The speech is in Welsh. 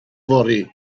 fory